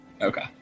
Okay